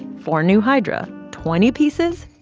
four new hydra twenty pieces,